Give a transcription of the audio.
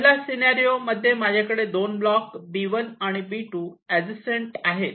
पहिल्या सीनारिओ मध्ये माझ्याकडे 2 ब्लॉक B1 आणि B2 ऍड्जसन्ट आहेत